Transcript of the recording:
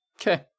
Okay